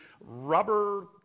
rubber